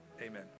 amen